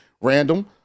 random